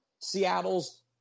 Seattle's